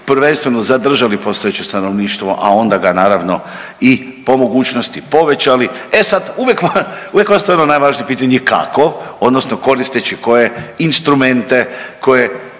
prvenstveno zadržali postojeće stanovništvo, a ona ga naravno i po mogućnosti povećali. E sad, uvijek ostaje ono najvažnije pitanje kako odnosno koristeći koje instrumente,